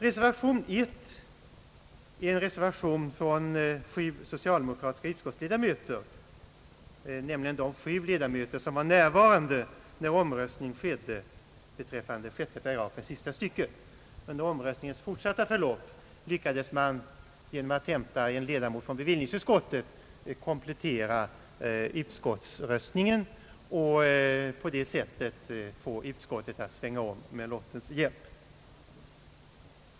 Reservation I är en reservation från sju socialdemokratiska utskottsledamöter, nämligen de sju som var närvarande när omröstning skedde beträffande 6 § sista stycket. Under omröstningens fortsatta förlopp lyckades man genom att hämta en ledamot från bevillningsutskottet komplettera utskottsröstningen och på det sättet få utskottet att svänga om med lottens hjälp.